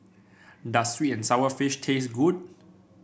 does sweet and sour fish taste good